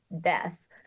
death